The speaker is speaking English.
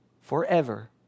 forever